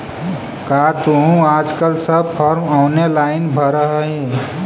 का तुहूँ आजकल सब फॉर्म ऑनेलाइन भरऽ हही?